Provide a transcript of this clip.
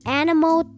animal